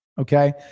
okay